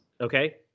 Okay